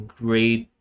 great